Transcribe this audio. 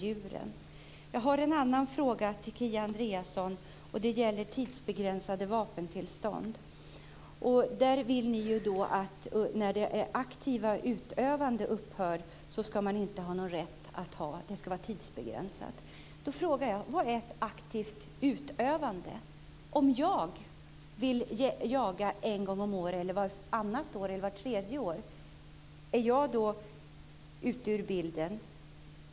Jag har en fråga till Kia Andreasson som gäller tidsbegränsade vapentillstånd. Ni vill att när det aktiva utövandet upphör ska man inte ha någon rätt att ha vapen. Vapentillståndet ska vara tidsbegränsat. Vad är ett aktivt utövande? Om jag vill jaga en gång om året, vartannat år eller vart tredje år, är jag då ute ur bilden?